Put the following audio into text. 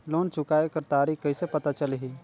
Loan चुकाय कर तारीक कइसे पता चलही?